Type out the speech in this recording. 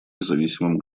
независимым